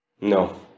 No